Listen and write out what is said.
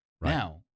Now